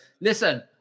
listen